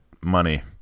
money